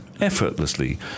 effortlessly